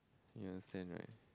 you understand right